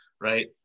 right